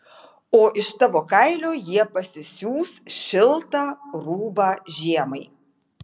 o iš tavo kailio jie pasisiūs šiltą rūbą žiemai